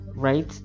right